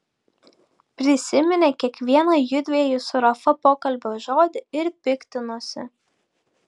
prisiminė kiekvieną jųdviejų su rafa pokalbio žodį ir piktinosi